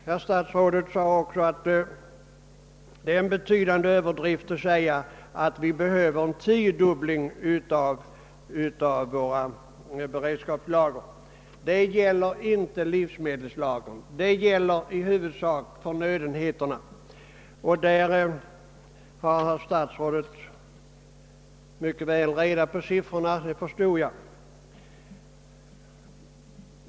Herr statsrådet gör också gällande att det är en betydande överdrift att vi skulle behöva en tiodubbling av våra beredskapslager. Det gäller inte livsmedelslagren; det gäller i huvudsak förnödenheterna. Därvidlag har statsrådet mycket väl reda på siffrorna, det har jag förstått.